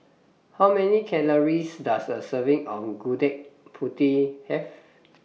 How Many Calories Does A Serving of Gudeg Putih Have